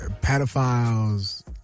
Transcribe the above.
pedophiles